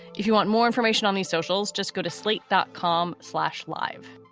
if you want more information on these socials, just go to slate dot com slash live.